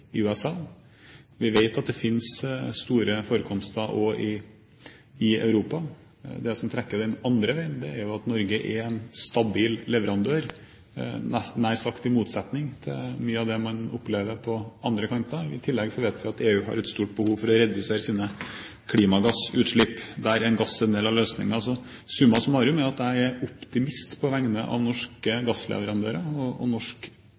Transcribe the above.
USA. Vi vet at det finnes store forekomster også i Europa. Det som trekker den andre veien, er at Norge er en stabil leverandør, nær sagt i motsetning til mye av det man opplever på andre kanter. I tillegg vet vi at EU har et stort behov for å redusere sine klimagassutslipp, og der er gass en del av løsningen. Så summa summarum er jeg optimist på vegne av norske gassleverandører og norsk